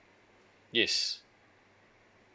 yes